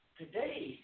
today